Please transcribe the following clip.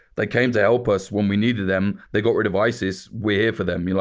they came to help us when we needed them. they got rid of isis. we're here for them. you know